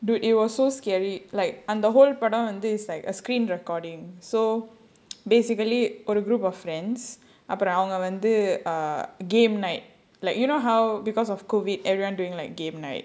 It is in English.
dude it was so scary like அந்த படம்:andha padam this is like a screen recording so basically a group of friends அவங்க வந்து:avanga vandhu uh game night like you know how because of COVID everyone doing like game night